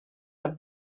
have